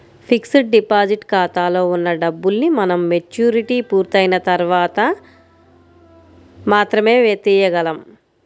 fixed deposit ఖాతాలో ఉన్న డబ్బుల్ని మనం మెచ్యూరిటీ పూర్తయిన తర్వాత మాత్రమే తీయగలం